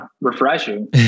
refreshing